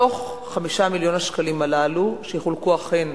מתוך 5 מיליון השקלים הללו, שיחולקו אכן